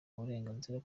burenganzira